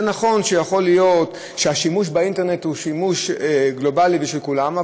זה נכון שיכול להיות שהשימוש באינטרנט הוא גלובלי ושל כולם,